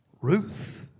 Ruth